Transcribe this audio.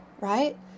right